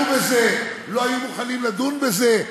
לא היו מוכנים לדון בזה,